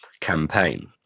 campaign